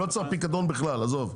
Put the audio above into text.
לא צריך פיקדון בכלל, עזוב.